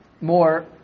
more